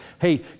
hey